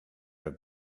have